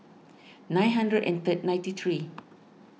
nine hundred and third ninety three